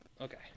Okay